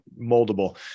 moldable